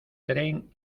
tren